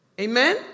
Amen